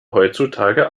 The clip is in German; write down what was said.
heutzutage